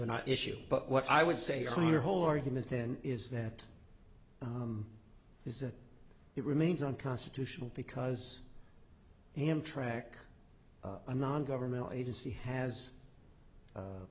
and issue but what i would say on your whole argument then is that this is it remains unconstitutional because amtrak a non governmental agency has